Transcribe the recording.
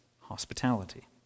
hospitality